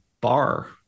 bar